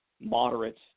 moderates